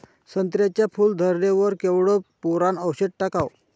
संत्र्याच्या फूल धरणे वर केवढं बोरोंन औषध टाकावं?